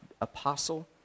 apostle